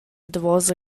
davosa